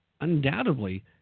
undoubtedly